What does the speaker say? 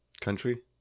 country